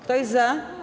Kto jest za?